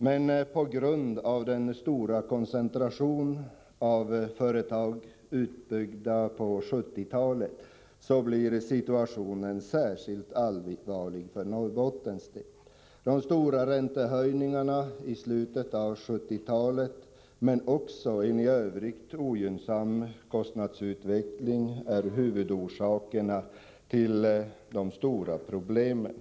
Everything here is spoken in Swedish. Men på grund av den stora koncentrationen av företag uppbyggda på 1970-talet blir situationen särskilt allvarlig i Norrbotten. De stora räntehöjningarna i slutet av 1970-talet men också en i övrigt ogynnsam kostnadsutveckling är huvudorsakerna till de stora problemen.